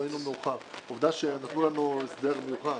עובדה שנתנו לנו הסדר מיוחד.